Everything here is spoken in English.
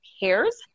hairs